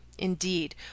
indeed